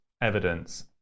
evidence